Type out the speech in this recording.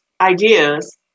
ideas